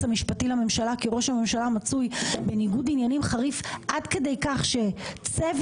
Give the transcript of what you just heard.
המשפטי לממשלה כי ראש הממשלה מצוי בניגוד עניינים חריף עד כדי כך שצבר